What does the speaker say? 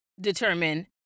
determine